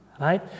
Right